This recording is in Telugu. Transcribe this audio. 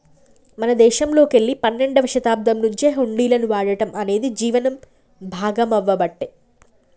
మన దేశంలోకెల్లి పన్నెండవ శతాబ్దం నుంచే హుండీలను వాడటం అనేది జీవనం భాగామవ్వబట్టే